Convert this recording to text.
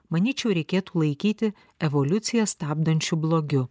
manyčiau reikėtų laikyti evoliuciją stabdančiu blogiu